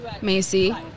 Macy